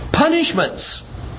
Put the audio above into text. punishments